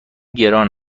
گران